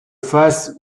fasse